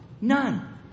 None